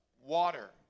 Water